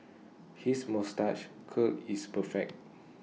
his moustache curl is perfect